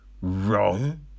wrong